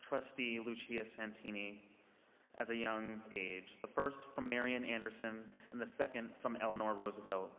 trustee lucia santini at a young age. the first from marion anderson and the second from eleanor roosevelt.